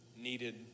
needed